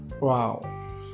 Wow